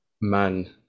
man